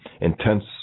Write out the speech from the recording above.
Intense